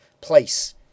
place